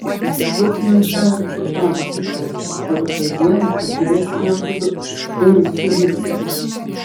duosi man šiąnakt kur galvą priglausti o rytoj dieną apžiūrėsime abudu ir sulygsime